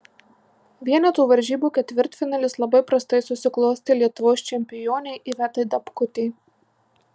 vienetų varžybų ketvirtfinalis labai prastai susiklostė lietuvos čempionei ivetai dapkutei